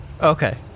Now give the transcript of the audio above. okay